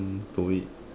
do it